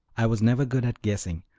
i was never good at guessing,